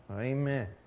Amen